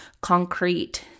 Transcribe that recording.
concrete